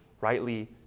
rightly